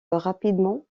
rapidement